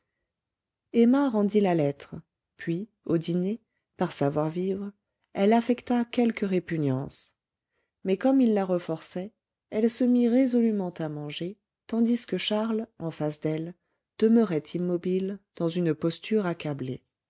emma rendit la lettre puis au dîner par savoir-vivre elle affecta quelque répugnance mais comme il la reforçait elle se mit résolument à manger tandis que charles en face d'elle demeurait immobile dans une posture accablée